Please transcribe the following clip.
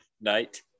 night